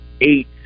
eight